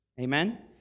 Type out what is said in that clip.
Amen